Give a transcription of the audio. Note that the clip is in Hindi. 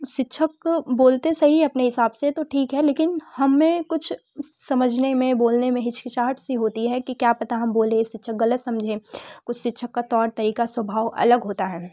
शिक्षक बोलते सही हैं अपने हिसाब से तो ठीक है लेकिन हमें कुछ समझ में बोलने में हिचकिचाहट सी होती है कि क्या पता हम बोलें शिक्षक गलत समझें कुछ शिक्षक का तौर तरीक़ा स्वभाव अलग होता है